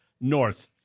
north